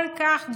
כל כך גדול?